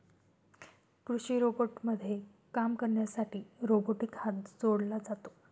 कृषी रोबोटमध्ये काम करण्यासाठी रोबोटिक हात जोडला जातो